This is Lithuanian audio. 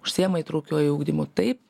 užsiima įtraukiuoju ugdymu taip